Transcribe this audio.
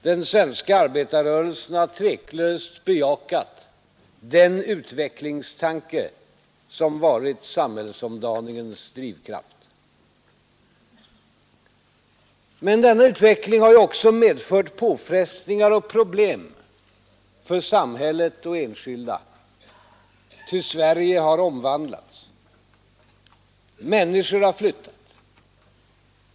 Den svenska arbetarrörelsen har tveklöst bejakat den utvecklingstanke som varit samhällsomdaningens drivkraft. Men denna utveckling har också medfört påfrestningar och problem för samhället och enskilda. Ty Sverige har omvandlats. Människor har flyttat.